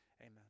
Amen